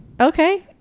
Okay